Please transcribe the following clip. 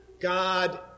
God